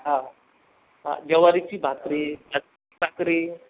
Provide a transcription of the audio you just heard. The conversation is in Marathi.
हो हो ज्वारीची भाकरी भाकरी